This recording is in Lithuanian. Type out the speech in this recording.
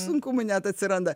sunkumai net atsiranda